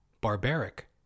barbaric